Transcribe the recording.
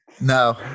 no